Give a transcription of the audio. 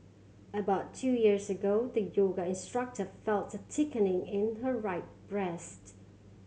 about two years ago the yoga instructor felt thickening in her right breast